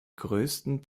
größten